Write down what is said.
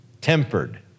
tempered